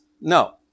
No